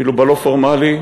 ואילו בלא-פורמלי,